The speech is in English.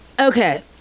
Okay